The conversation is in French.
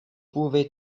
pouvez